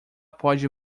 pode